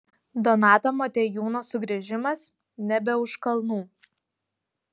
donato motiejūno sugrįžimas nebe už kalnų